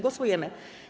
Głosujemy.